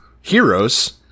heroes